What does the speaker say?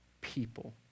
people